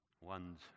one's